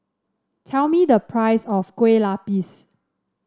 tell me the price of Kue Lupis